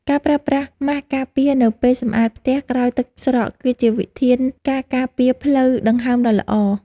ការប្រើប្រាស់ម៉ាស់ការពារនៅពេលសម្អាតផ្ទះក្រោយទឹកស្រកគឺជាវិធានការការពារផ្លូវដង្ហើមដ៏ល្អ។